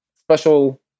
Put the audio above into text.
special